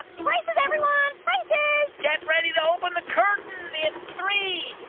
ah places, everyone. places get ready to open the curtain in three,